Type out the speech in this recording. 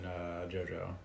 Jojo